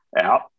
out